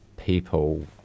people